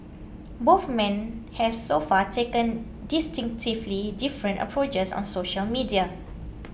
both men have so far taken distinctively different approaches on social media